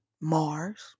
Mars